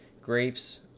grapes